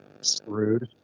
screwed